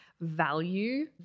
value